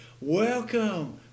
Welcome